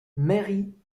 mairie